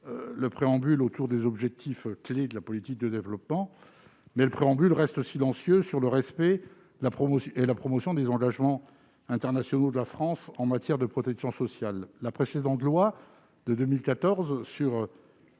le préambule autour des objectifs clés de la politique de développement, mais il reste silencieux sur le respect et la promotion des engagements internationaux de la France en matière de protection sociale, alors que la précédente loi de 2014